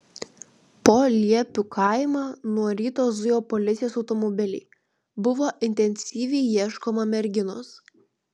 po liepių kaimą nuo ryto zujo policijos automobiliai buvo intensyviai ieškoma merginos